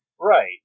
Right